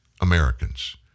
Americans